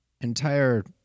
entire